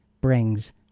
brings